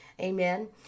Amen